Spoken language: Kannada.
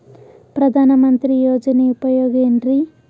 ಪ್ರಧಾನಮಂತ್ರಿ ಯೋಜನೆ ಉಪಯೋಗ ಏನ್ರೀ?